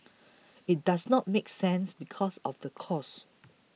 it does not make sense because of the cost